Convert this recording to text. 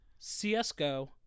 CSGO